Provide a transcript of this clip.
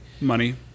Money